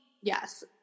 Yes